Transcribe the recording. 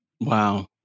Wow